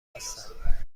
هستم